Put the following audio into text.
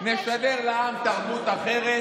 נשדר לעם תרבות אחרת,